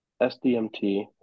SDMT